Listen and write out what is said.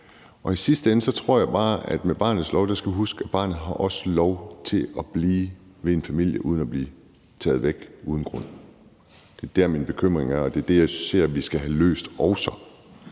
I sidste ende tror jeg bare, at vi i forhold til barnets lov skal huske, at barnet også har lov til at blive hos en familie, ikke at blive taget væk uden grund. Det er der, min bekymring er, og det er det, jeg ser vi også skal have løst. For